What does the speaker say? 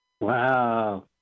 wow